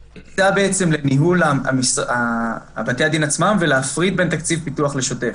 בעצם על ניהול בתי הדין עצמם ועל הפרדה בין תקציב פיתוח לשוטף.